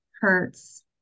hurts